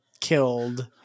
killed